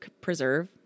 preserve